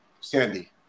Sandy